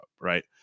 right